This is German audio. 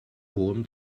hohem